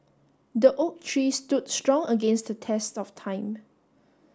the oak tree stood strong against the test of time